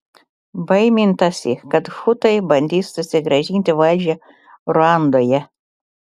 baimintasi kad hutai bandys susigrąžinti valdžią ruandoje